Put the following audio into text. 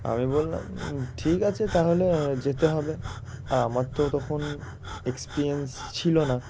আমি বললাম ঠিক আছে তাহলে যেতে হবে আর আমার তো তখন এক্সপিরিয়েন্স ছিল না